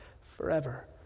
forever